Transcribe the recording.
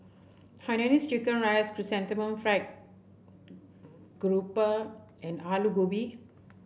Hainanese Chicken Rice Chrysanthemum Fried Grouper and Aloo Gobi